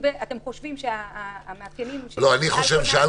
אם אתם חושבים שהמאפיינים של אלכוהול --- אלכוהול